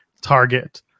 target